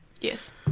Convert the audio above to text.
Yes